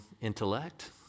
intellect